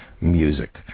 music